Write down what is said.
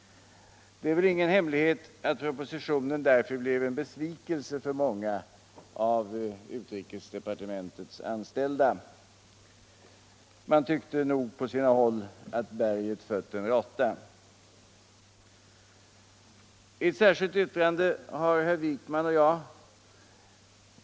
Det är väl ingen hemlighet att propositionen därför blev en besvikelse för många av utrikesdepartementets anställda. Man tyckte nog på sina håll att berget fött en råtta. Utskottet fäster självfallet stor vikt vid att tillfredsställande lösningar nu kan erhållas genom de aviserade avtalsförhandlingarna rörande dessa frågor.